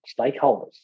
stakeholders